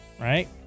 Right